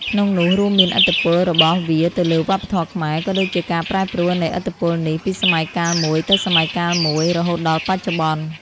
ក្នុងនោះ រួមមានឥទ្ធិពលរបស់វាទៅលើវប្បធម៌ខ្មែរ ក៏ដូចជាការប្រែប្រួលនៃឥទ្ធិពលនេះពីសម័យកាលមួយទៅសម័យកាលមួយ រហូតដល់បច្ចុប្បន្ន។